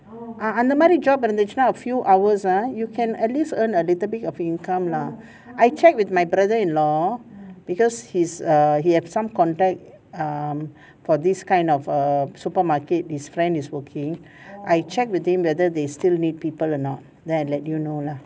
ah under அந்த மாதிரி:antha maathiri job இருந்துச்சுனா:irunthuchuna a few hours ah you can at least earn a little bit of income lah I checked with my brother in law because he's a he have some contact um for this kind of err supermarket his friend is working I check with them whether they still need people a not then I let you know lah